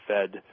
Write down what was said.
Fed